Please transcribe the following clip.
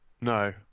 No